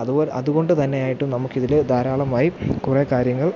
അതുപോലെ അതുകൊണ്ട് തന്നെയായിട്ടും നമുക്കിതില് ധാരാളമായി കുറേ കാര്യങ്ങൾ